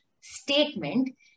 statement